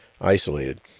isolated